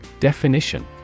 Definition